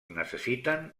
necessiten